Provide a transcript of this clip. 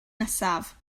nesaf